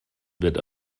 wird